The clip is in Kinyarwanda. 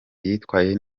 yitwaye